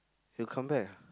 you come back ah